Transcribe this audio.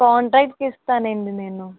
కాంట్రాక్ట్కి ఇస్తానండి నేను